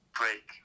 break